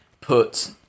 put